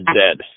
dead